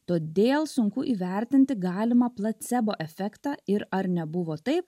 todėl sunku įvertinti galimą placebo efektą ir ar nebuvo taip